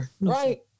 Right